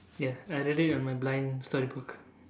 ya I read it on my blind storybook